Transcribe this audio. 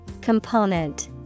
Component